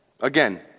Again